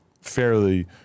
fairly